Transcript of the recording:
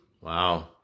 Wow